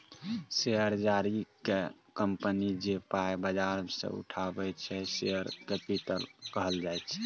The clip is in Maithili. शेयर जारी कए कंपनी जे पाइ बजार सँ उठाबैत छै शेयर कैपिटल कहल जाइ छै